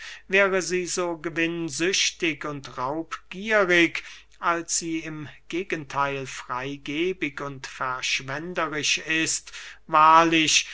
wäre sie so gewinnsüchtig und raubgierig als sie im gegentheil freygebig und verschwenderisch ist wahrlich